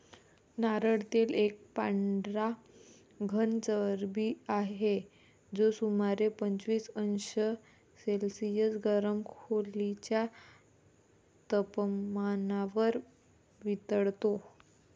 नारळ तेल एक पांढरा घन चरबी आहे, जो सुमारे पंचवीस अंश सेल्सिअस गरम खोलीच्या तपमानावर वितळतो